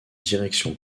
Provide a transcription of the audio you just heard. direction